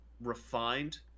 ...refined